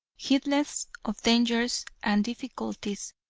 heedless of dangers and difficulties,